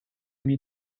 need